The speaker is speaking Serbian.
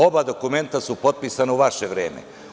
Oba dokumenta su potpisana u vaše vreme.